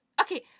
okay